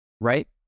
right